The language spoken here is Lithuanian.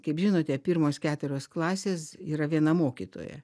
kaip žinote pirmos keturios klasės yra viena mokytoja